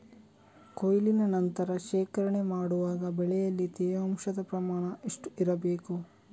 ಕೊಯ್ಲಿನ ನಂತರ ಶೇಖರಣೆ ಮಾಡುವಾಗ ಬೆಳೆಯಲ್ಲಿ ತೇವಾಂಶದ ಪ್ರಮಾಣ ಎಷ್ಟು ಇರಬೇಕು?